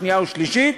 שנייה ושלישית.